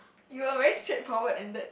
you're very straight forward in that